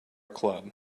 club